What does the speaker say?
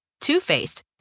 Two-Faced